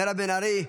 מירב בן ארי,